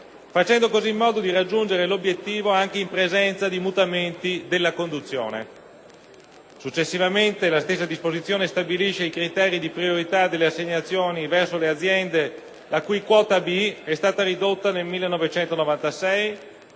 facendo così in modo di raggiungere l'obiettivo anche in presenza di mutamenti della conduzione. Successivamente, la stessa disposizione stabilisce i criteri di priorità delle assegnazioni verso le aziende la cui quota B è stata ridotta nel 1996,